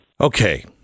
Okay